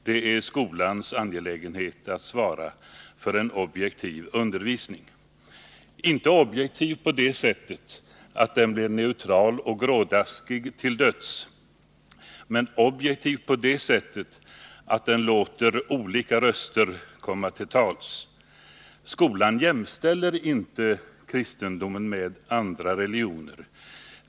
Det är skolans angelägenhet att svara för en objektiv undervisning — inte objektiv på det sättet att den blir neutral och grådaskig till döds, men objektiv på det sättet att den låter olika röster komma till tals. Skolan jämställer inte kristendomen med andra religioner.